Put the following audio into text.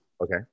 Okay